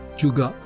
juga